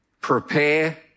Prepare